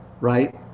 Right